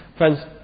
Friends